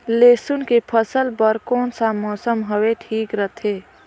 लसुन के फसल बार कोन सा मौसम हवे ठीक रथे?